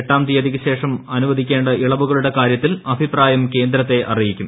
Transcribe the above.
എട്ടാം തീയതിക്ക് ശേഷം അനുവദിക്കേണ്ട ഇളവുകളുടെ കാര്യത്തിൽ അഭിപ്രായം കേന്ദ്രത്തെ അറിയിക്കും